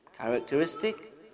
characteristic